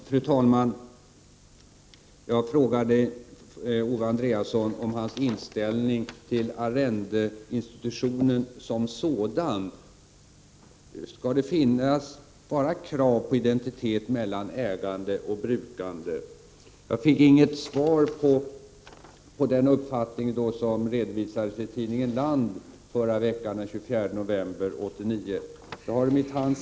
Fru talman! Jag frågade Owe Andréasson om hans inställning till arrendeinstitutionen som sådan. Skall det vara krav på identitet mellan ägande och brukande? Jag fick ingen reaktion på den uppfattning som redovisades i tidningen Land av den 24 november 1989.